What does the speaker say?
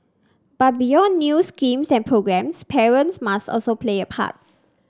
but beyond new schemes and programmes parents must also play a part